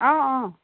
অঁ অঁ